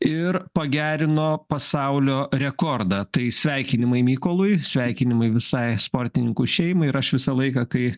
ir pagerino pasaulio rekordą tai sveikinimai mykolui sveikinimai visai sportininkų šeimai ir aš visą laiką kai